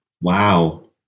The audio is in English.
Wow